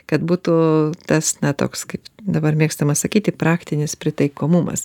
kad būtų tas na toks kaip dabar mėgstama sakyti praktinis pritaikomumas